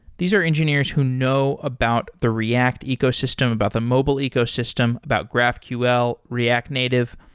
these are engineers who know about the react ecosystem, about the mobile ecosystem, about graphql, react native.